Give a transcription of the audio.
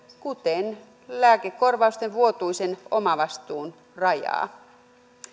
kuten lääkekorvausten vuotuisen omavastuun rajaa